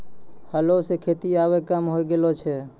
हलो सें खेती आबे कम होय गेलो छै